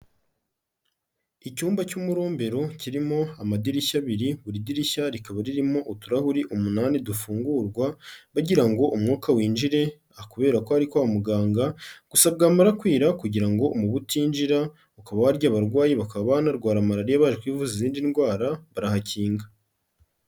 Icyumba cy'umurumbero kirimo amadirishya abiri, buri dirishya rikaba ririmo uturahuri umunani dufungurwa bagira ngo umwuka winjire kubera ko ari kwa muganga, gusa bwamara kwira kugira ngo umubu utinjira ukaba warya abarwayi bakaba banarwara malariya baje kwivuza izindi ndwara, barahakinga.